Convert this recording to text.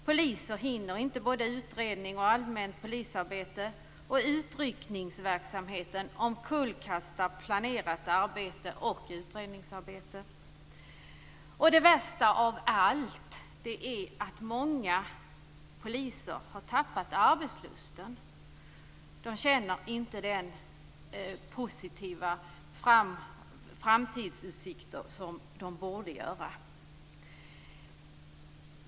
Poliser hinner inte med både utredning och allmänt polisarbete. Utryckningsverksamheten omkullkastar planerat arbete och utredningsarbete. Det värsta av allt är att många poliser har tappat arbetslusten. De känner inte de positiva framtidsutsikter som de borde göra.